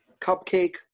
cupcake